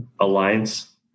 Alliance